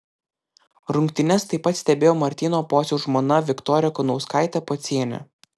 rungtynes taip pat stebėjo martyno pociaus žmona viktorija kunauskaitė pocienė